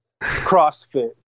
CrossFit